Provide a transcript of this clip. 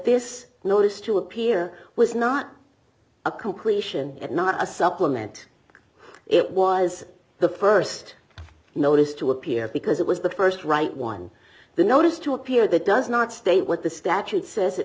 this notice to appear was not a completion and not a supplement it was the st notice to appear because it was the st right one the notice to appear that does not state what the statute says it